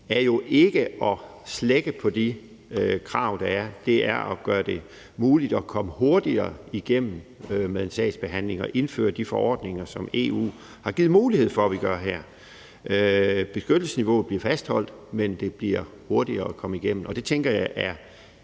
er jo ikke at slække på de krav, der er. Det er at gøre det muligt at komme hurtigere igennem med en sagsbehandling og indføre de forordninger, som EU har givet mulighed for at vi gør her. Beskyttelsesniveauet bliver fastholdt, men det bliver hurtigere at komme igennem, og det tænker jeg er